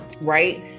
right